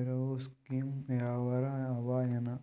ಇರವು ಸ್ಕೀಮ ಯಾವಾರ ಅವ ಏನ?